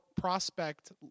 prospect